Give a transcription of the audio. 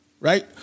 right